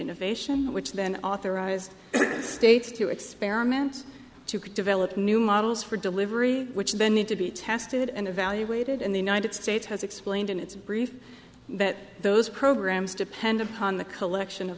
innovation which then authorized states to experiment to develop new models for delivery which then need to be tested and evaluated in the united states has explained in its brief that those programs depend upon the collection of